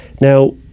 Now